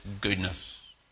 goodness